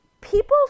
People